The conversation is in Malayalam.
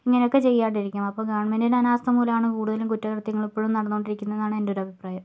ഇങ്ങനൊക്കെ ചെയ്യാണ്ടിരിക്കും അപ്പോൾ ഗവൺമെൻറിൻ്റെ അനാസ്ഥ മൂലമാണ് കൂടുതലും കുറ്റകൃത്യങ്ങളിപ്പഴും നടന്നോണ്ടിരിക്കുന്നതെന്നാണ് എൻ്റെ ഒരു അഭിപ്രായം